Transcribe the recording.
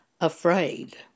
afraid